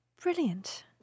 brilliant